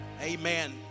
amen